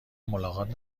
ملاقات